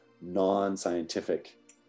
non-scientific